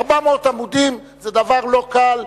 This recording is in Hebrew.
400 עמודים זה דבר לא קל,